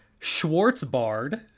Schwartzbard